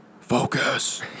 focus